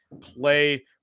play